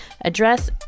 address